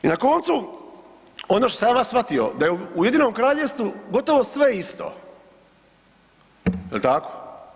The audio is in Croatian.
I na koncu, ono što sam ja vas shvatio da je u Ujedinjenom Kraljevstvu gotovo sve isto, jel tako?